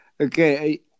Okay